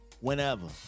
Whenever